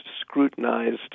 scrutinized